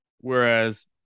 whereas